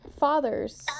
father's